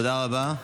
תודה רבה.